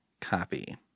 copy